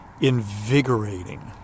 invigorating